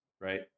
right